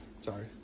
Sorry